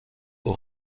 aux